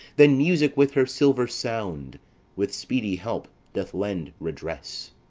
then music with her silver sound with speedy help doth lend redress